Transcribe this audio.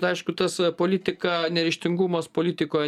aišku tas politika neryžtingumas politikoje